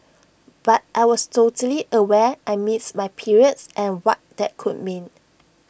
but I was totally aware I missed my periods and what that could mean